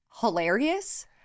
hilarious